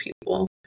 people